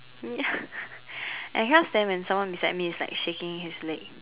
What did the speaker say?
ya I cannot stand when someone beside me is like shaking his leg